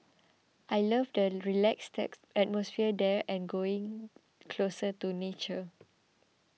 I love the relaxed atmosphere there and being closer to nature